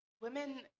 women